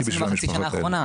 אז מה עשיתם בחצי שנה האחרונה?